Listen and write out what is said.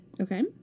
Okay